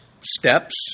steps